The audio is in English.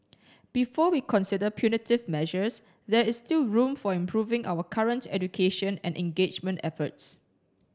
before we consider punitive measures there is still room for improving our current education and engagement efforts